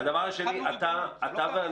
הדבר השני, אתה ואני